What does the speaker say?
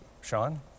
Sean